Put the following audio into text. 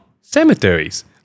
cemeteries